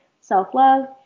self-love